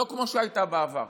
לא כמו שהיו בעבר,